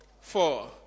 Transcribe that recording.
Four